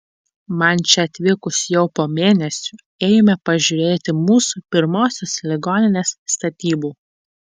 man čia atvykus jau po mėnesio ėjome pažiūrėti mūsų pirmosios ligoninės statybų